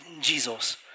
Jesus